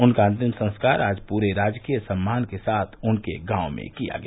उनका अंतिम संस्कार आज पूर् राजकीय सम्मान के साथ उनके गाँव में किया गया